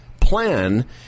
plan